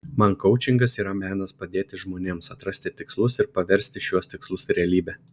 man koučingas yra menas padėti žmonėms atrasti tikslus ir paversti šiuos tikslus realybe